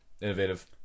innovative